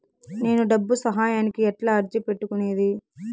నేను డబ్బు సహాయానికి ఎట్లా అర్జీ పెట్టుకునేది?